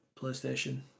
playstation